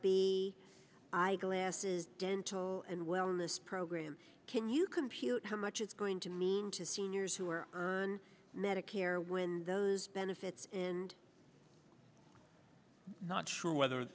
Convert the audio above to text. b i glasses dental and wellness programs can you compute how much is going to mean to seniors who are on medicare when those benefits in not sure whether